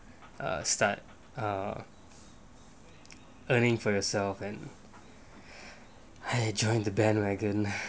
err start uh earning for yourself and I joined the bandwagon